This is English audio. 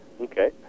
Okay